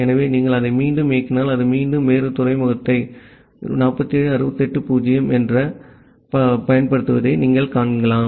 ஆகவே நீங்கள் அதை மீண்டும் இயக்கினால் அது மீண்டும் வேறு துறைமுகத்தை 47680 ஐப் பயன்படுத்துவதைக் காண்கிறீர்கள்